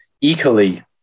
equally